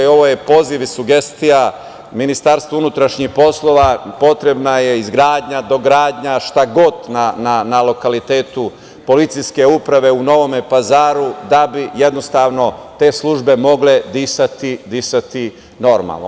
Ovo je poziv i sugestija Ministarstvu unutrašnjih poslova - potrebna je izgradnja, dogradnja, šta god, na lokalitetu policijske uprave u Novom Pazaru da bi te službe mogle disati normalno.